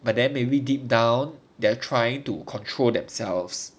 but then maybe deep down they're trying to control themselves